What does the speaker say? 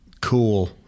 Cool